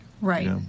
Right